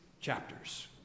chapters